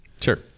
Sure